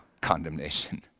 condemnation